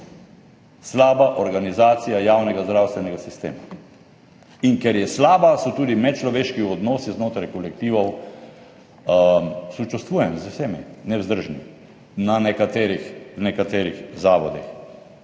Slaba organizacija javnega zdravstvenega sistema. In ker je slaba, so tudi medčloveški odnosi znotraj kolektivov, sočustvujem z vsemi, nevzdržni v nekaterih zavodih.